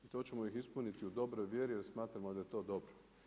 To ćemo ih ispunit u dobroj vjeri jer smatramo da je to dobro.